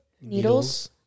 needles